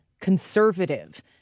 conservative